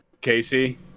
casey